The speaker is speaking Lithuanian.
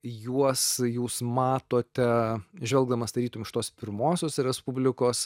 juos jūs matote žvelgdamas tarytum iš tos pirmosios respublikos